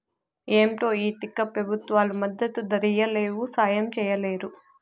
ఏంటో ఈ తిక్క పెబుత్వాలు మద్దతు ధరియ్యలేవు, సాయం చెయ్యలేరు